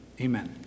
Amen